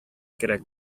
кирәк